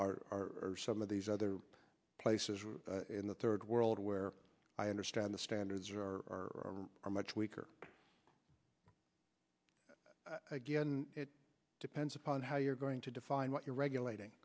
are some of these other places in the third world where i understand the standards are much weaker again it depends upon how you're going to define what you're regulating